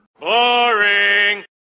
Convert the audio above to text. Boring